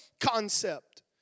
concept